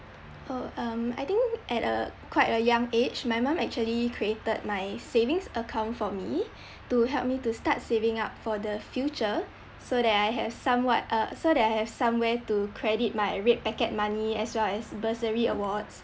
oh um I think at a quite a young age my mum actually created my savings account for me to help me to start saving up for the future so that I have somewhat uh so that I have somewhere to credit my red packet money as well as bursary awards